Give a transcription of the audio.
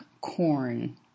Corn